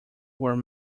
were